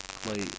play